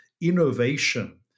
innovation